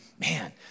man